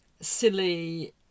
silly